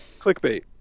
clickbait